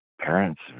parents